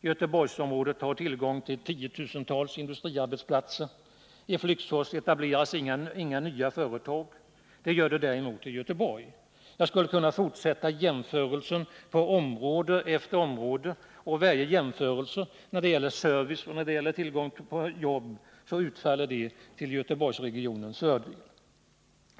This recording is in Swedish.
Göteborgsområdet har tillgång till tiotusentals industriarbetsplatser. I Flygsfors etableras inga nya företag. Det gör det däremot i Göteborg. Jag skulle kunna fortsätta jämförelsen på område efter område, och varje jämförelse — när det gäller service och tillgång på jobb — utfaller till Göteborgsregionens fördel.